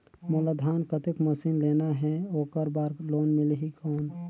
मोला धान कतेक मशीन लेना हे ओकर बार लोन मिलही कौन?